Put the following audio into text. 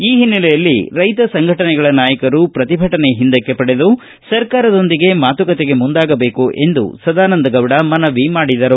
ಈ ಹಿನ್ನೆಲೆಯಲ್ಲಿ ರೈತ ಸಂಘಟನೆಗಳ ನಾಯಕರು ಪ್ರತಿಭಟನೆ ಹಿಂದಕ್ಕೆ ಪಡೆದು ಸರ್ಕಾರದೊಂದಿಗೆ ಮಾತುಕತೆಗೆ ಮುಂದಾಗಬೇಕು ಎಂದು ಅವರು ಮನವಿ ಮಾಡಿದರು